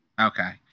Okay